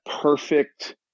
perfect